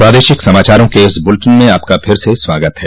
प्रादेशिक समाचारों के इस बुलेटिन में आपका फिर से स्वागत है